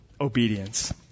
obedience